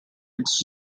its